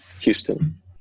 Houston